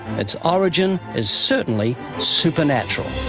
its origin is certainly supernatural.